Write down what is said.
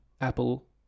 Apple